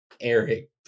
Eric